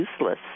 useless